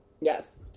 Yes